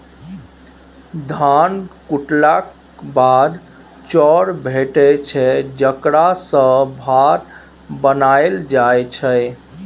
धान कुटेलाक बाद चाउर भेटै छै जकरा सँ भात बनाएल जाइ छै